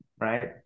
right